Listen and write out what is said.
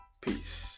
Peace